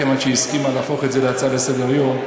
כיוון שהיא הסכימה להפוך אותה להצעה לסדר-היום.